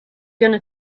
gonna